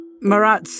Marat